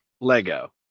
Lego